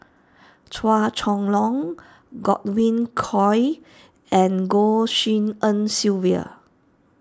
Chua Chong Long Godwin Koay and Goh Tshin En Sylvia